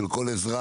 של כל אזרח,